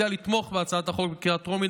אציע לתמוך בהצעת החוק בקריאה טרומית,